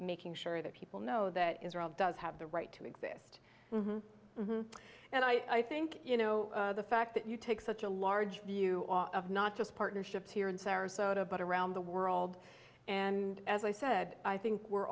making sure that people know that israel does have the right to exist and i think you know the fact that you take such a large view of not just partnerships here in sarasota but around the world and as i said i think we're